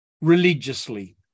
religiously